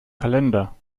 kalender